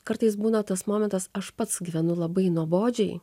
kartais būna tas momentas aš pats gyvenu labai nuobodžiai